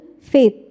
faith